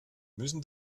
müssen